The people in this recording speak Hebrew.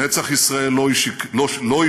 נצח ישראל לא שיקר,